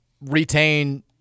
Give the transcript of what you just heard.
retain